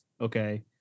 Okay